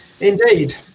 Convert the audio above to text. Indeed